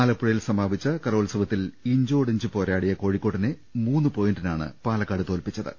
ആലപ്പുഴയിൽ സമാപിച്ച കലോത്സവത്തിൽ ഇഞ്ചോടിഞ്ച് പോരാടിയ കോഴി ക്കോടിനെ മൂന്നുപോയിന്റിനാണ് പാലക്കാട് തോല്പിച്ചത്